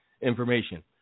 information